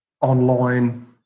online